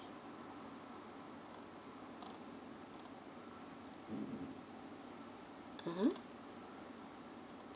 mmhmm